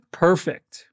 perfect